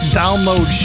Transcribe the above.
download